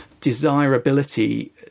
desirability